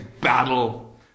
battle